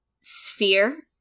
sphere